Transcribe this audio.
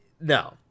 No